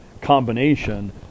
combination